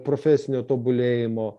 profesinio tobulėjimo